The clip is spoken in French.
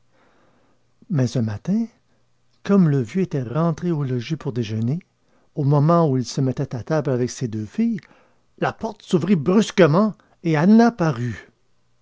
mais un matin comme le vieux était rentré au logis pour déjeuner au moment où il se mettait à table avec ses deux filles la porte s'ouvrit brusquement et anna parut